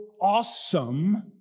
awesome